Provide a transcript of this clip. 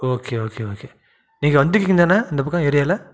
okay okay okay நீங்கள் வந்துருக்கீங்க தானே இந்தப் பக்கம் ஏரியாவில்